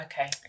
Okay